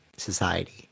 society